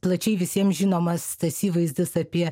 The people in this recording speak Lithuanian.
plačiai visiem žinomas tas įvaizdis apie